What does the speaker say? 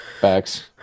Facts